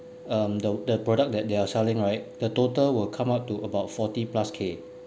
um the the product that they are selling right the total will come up to about forty plus K